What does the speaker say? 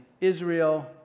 Israel